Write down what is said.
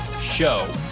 show